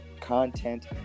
content